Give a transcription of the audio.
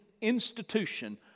institution